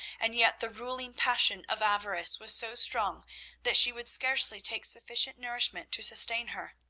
and yet the ruling passion of avarice was so strong that she would scarcely take sufficient nourishment to sustain her.